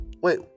Wait